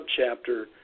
subchapter